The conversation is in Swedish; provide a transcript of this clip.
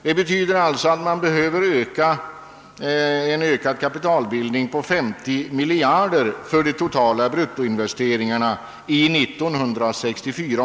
Det betyder alltså att man behöver en ökad kapitalbildning på 50 miljarder i 1964 års priser för de totala bruttoinvesteringarna.